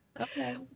Okay